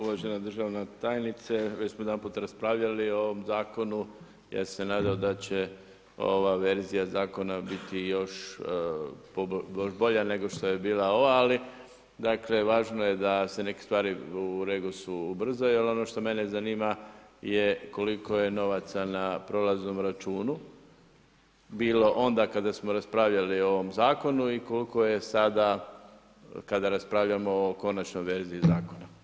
Uvažene državna tajnice, već smo jedanput raspravljali o ovom zakonu, ja sam se nadao, da će ova verzija zakona biti još bolja nego što je bila ova, ali dakle, važno je da se neke stvari u REGOS-u ubrzaju, ali ono što mene zanima, je koliko je novaca na prolaznom računu bilo onda kada smo raspravljali o ovom zakonu i koliko je sada kada raspravljamo o konačnoj verziji zakona?